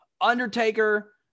Undertaker